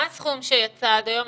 מה הסכום שיצא עד היום?